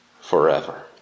forever